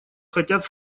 хотят